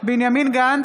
בנימין גנץ,